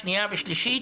שנייה ושלישית,